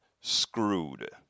screwed